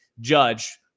Judge